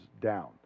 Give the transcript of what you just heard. down